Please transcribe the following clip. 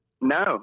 no